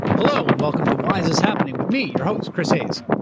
hello and welcome to why is this happening? with me, your host, chris hayes.